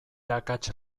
akats